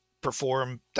perform